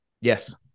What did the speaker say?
yes